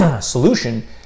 solution